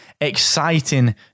exciting